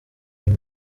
uyu